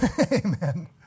Amen